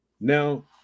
Now